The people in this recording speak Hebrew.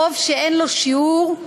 חוב שאין לו שיעור.